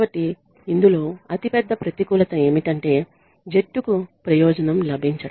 కాబట్టి ఇందులో అతిపెద్ద ప్రతికూలత ఏమిటంటే జట్టుకు ప్రయోజనం లభించడం